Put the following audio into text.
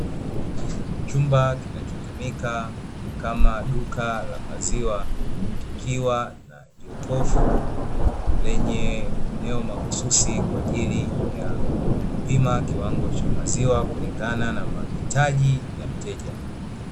Chumba kinachotumika kama duka la maziwa kikiwa na jokofu lenye eneo mahususi kwa ajili ya kupima kiwango cha maziwa kulingana na mahitaji ya mteja.